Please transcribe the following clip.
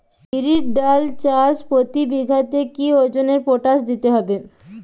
বিরির ডাল চাষ প্রতি বিঘাতে কি ওজনে পটাশ দিতে হবে?